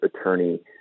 attorney